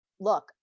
look